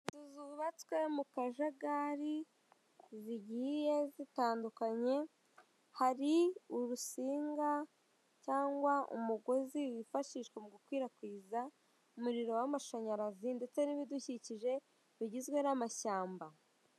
Inzu zubatswe mu kajagari zigiye zitandukanye, hari urusinga cyangwa umugozi wifashishwa mu gukwirakwiza umuriro w'amashanyarazi ndetse n'ibidukikije bigizwe n'amashyamba.